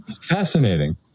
fascinating